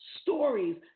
stories